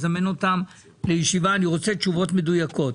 אני רוצה תשובות מדויקות.